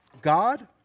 God